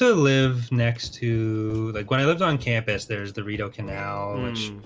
so live next to like when i lived on campus. there's the rideau canal which